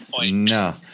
no